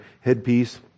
headpiece